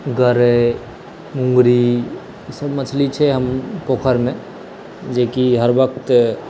गरै मुंगरी ई सब मछली छै पोखरि मे जे की हर वक़्त